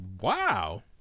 wow